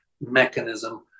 mechanism